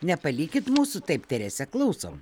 nepalikit mūsų taip terese klausom